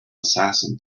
assassin